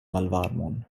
malvarmon